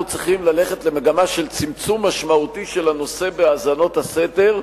אנחנו צריכים ללכת למגמה של צמצום משמעותי של האזנות הסתר,